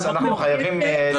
וביישובים.